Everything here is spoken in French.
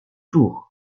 sourds